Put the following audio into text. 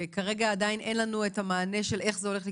וכרגע עדיין אין לנו את המענה של איך זה הולך לקרות,